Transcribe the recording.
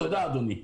תודה, אדוני.